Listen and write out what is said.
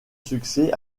succès